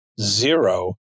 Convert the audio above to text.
zero